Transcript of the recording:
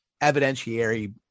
evidentiary